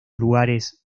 lugares